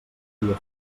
dia